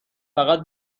فقط